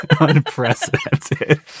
Unprecedented